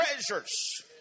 treasures